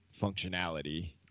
functionality